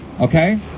okay